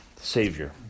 Savior